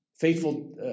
faithful